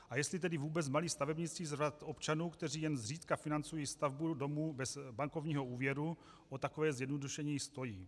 A jestli tedy vůbec malí stavebníci z řad občanů, kteří jen zřídka financují stavbu domu bez bankovního úvěru, o takové zjednodušení stojí.